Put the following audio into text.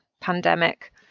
pandemic